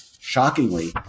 shockingly